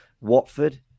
Watford